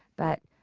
but,